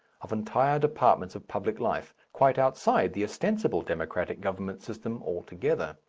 of entire departments of public life, quite outside the ostensible democratic government system altogether.